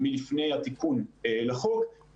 אוסיף שהמצב שלהם גם הורע לפני התיקון לחוק -- אמיתי,